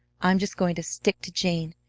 i'm just going to stick to jane.